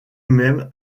même